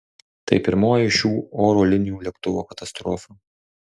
tai pirmoji šių oro linijų lėktuvo katastrofa